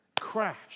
crash